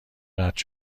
قطع